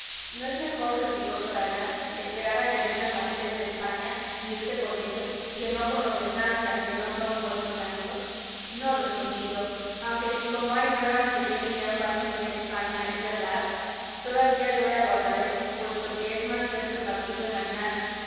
no es mejor replicó zoraidaesperar a que vengan bajeles de españa y irte con ellos que no con los de francia que no son vuestros amigos no respondí yo aunque si como hay nuevas que viene ya un bajel de españa es verdad todavía yo le aguardaré puesto que es más cierto el partirme mañana